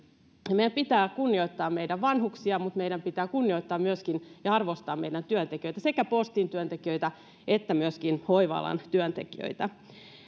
meidän pitää kunnioittaa meidän vanhuksiamme mutta meidän pitää kunnioittaa ja arvostaa myöskin meidän työntekijöitämme sekä postin työntekijöitä että myöskin hoiva alan työntekijöitä